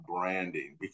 branding